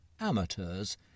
amateurs